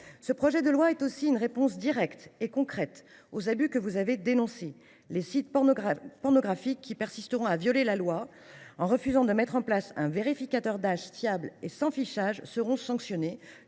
Ce projet de loi apporte une réponse directe et concrète aux abus dénoncés dans leur rapport. Les sites pornographiques qui persisteront à violer la loi, en refusant de mettre en place un vérificateur d’âge fiable et sans fichage, seront sanctionnés,